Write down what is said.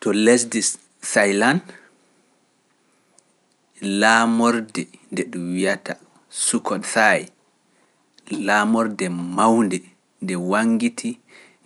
To lesdi Saylan, laamorde nde ɗum wi’ata sukosay, laamorde mawnde nde wangiti